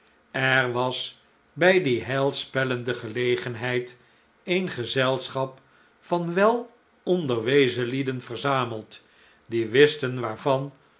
er was bij'die heilspellende gelegenheid een gezelschap van wel onderwezen lieden verzameld die wisten waarvan